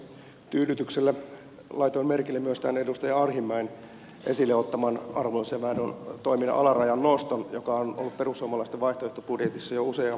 tyydytyksellä laitoin merkille myös tämän edustaja arhinmäen esille ottaman arvonlisäverollisen toiminnan alarajan noston joka on ollut perussuomalaisten vaihtoehtobudjetissa jo usean vuoden ajan